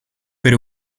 per